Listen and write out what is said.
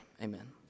Amen